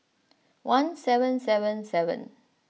one seven seven seven